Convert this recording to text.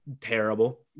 terrible